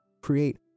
create